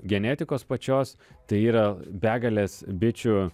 genetikos pačios tai yra begalės bičių